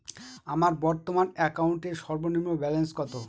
আমার বর্তমান অ্যাকাউন্টের সর্বনিম্ন ব্যালেন্স কত?